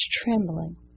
trembling